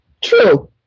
True